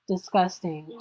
disgusting